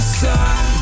sun